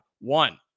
one